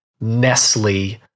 Nestle